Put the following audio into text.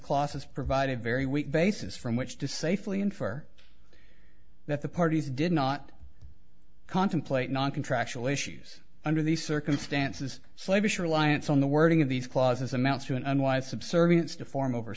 clauses provide a very weak basis from which to safely and for that the parties did not contemplate not contractual issues under these circumstances slavish reliance on the wording of these clauses amounts to an unwise subservience to form over